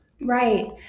right